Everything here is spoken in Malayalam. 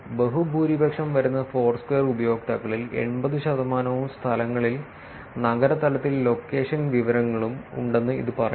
ബഹുഭൂരിപക്ഷം വരുന്ന ഫോർസ്ക്വയർ ഉപയോക്താക്കളിൽ 80 ശതമാനവും സ്ഥലങ്ങളിൽ നഗര തലത്തിൽ ലൊക്കേഷൻ വിവരങ്ങളും ഉണ്ടെന്ന് ഇത് പറയുന്നു